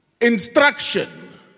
instruction